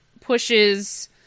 pushes